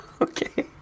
Okay